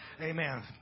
Amen